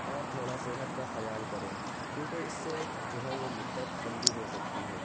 اور تھوڑا صحت کا خیال کریں کیوں کہ اِس سے جو ہے وہ مدّت لمبی ہو سکتی ہے